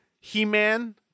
He-Man